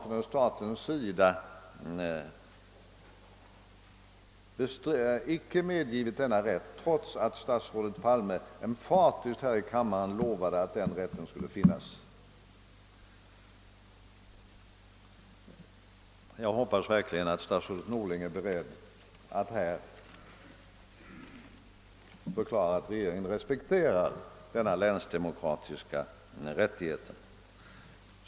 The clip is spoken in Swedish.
Från statens sida har man inte medgivit denna rätt, trots att statsrådet Palme här i kammaren emfatiskt lovat att den rätten skulle föreligga. Jag hoppas verkligen att statsrådet Norling är beredd att i denna kammare förklara att regeringen respekterar denna länsdemokratiska rättighet.